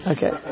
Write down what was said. Okay